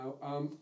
Now